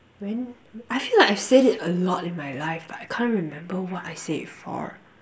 when I feel like I said it a lot in my life but I can't remember what I said before